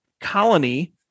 colony